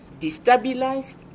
destabilized